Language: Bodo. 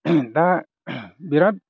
दा बिराद